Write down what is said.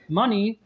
money